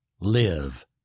live